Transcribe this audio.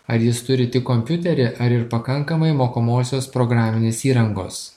ar jis turi tik kompiuterį ar ir pakankamai mokomosios programinės įrangos